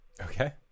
Okay